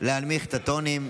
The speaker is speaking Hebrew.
להנמיך את הטונים.